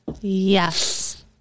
Yes